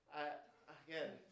again